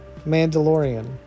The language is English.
Mandalorian